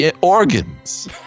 organs